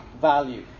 value